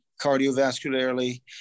cardiovascularly